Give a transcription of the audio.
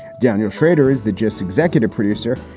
daniel shrader is the just executive producer.